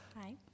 Hi